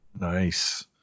Nice